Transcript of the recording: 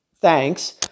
Thanks